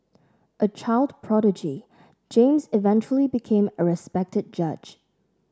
a child prodigy James eventually became a respected judge